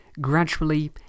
gradually